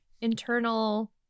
internal